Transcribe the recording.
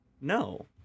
no